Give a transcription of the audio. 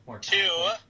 Two